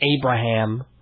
Abraham